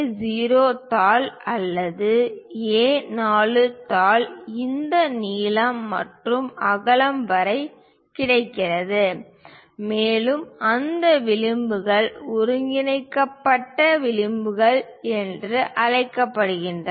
A0 தாள் அல்லது A4 தாள் இந்த நீளம் மற்றும் அகலம் வரை கிடைக்கிறது மேலும் அந்த விளிம்புகள் ஒழுங்கமைக்கப்பட்ட விளிம்புகள் என்று அழைக்கப்படுகின்றன